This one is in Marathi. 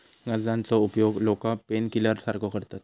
गांजाचो उपयोग लोका पेनकिलर सारखो करतत